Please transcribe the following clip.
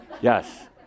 Yes